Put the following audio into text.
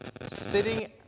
sitting